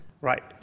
Right